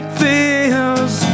feels